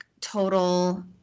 total